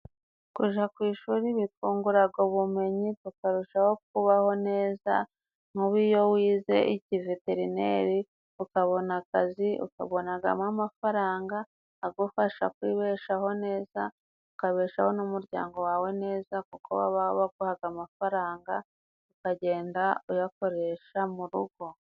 Kuja ku ishuri bifunguraga ubumenyi ukarushaho kubaho neza nk'ubu iyo wize iki veterineri ukabona akazi ukabonagamo amafaranga agufasha kwibeshaho neza ukabeshaho n'umuryango wawe neza kuko baba baguhaga amafaranga ukagenda uyakoresha mu rugo.